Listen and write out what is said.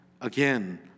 again